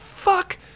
Fuck